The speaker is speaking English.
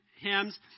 hymns